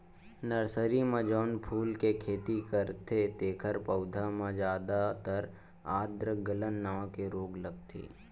nursery म जउन फूल के खेती करथे तेखर पउधा म जादातर आद्र गलन नांव के रोग लगथे